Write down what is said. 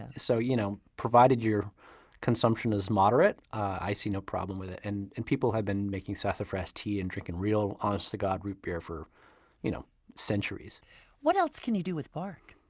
and so you know provided your consumption is moderate, i see no problem with it. and and people have been making sassafras tea and drinking real honest-to-god root beer for you know centuries what else can you do with bark?